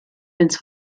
ins